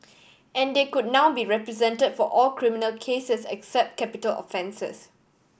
and they could now be represent for all criminal cases except capital offences